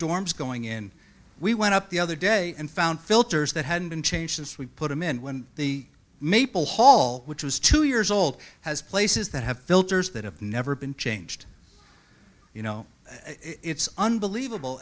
dorms going in we went up the other day and found filters that hadn't been changed since we put them in the maple hall which was two years old has places that have filters that have never been changed you know it's unbelievable